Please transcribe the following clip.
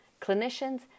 clinicians